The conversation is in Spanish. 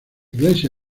iglesia